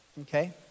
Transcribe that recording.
okay